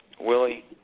Willie